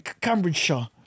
Cambridgeshire